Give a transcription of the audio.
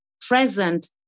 present